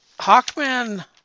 Hawkman